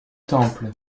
temple